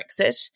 Brexit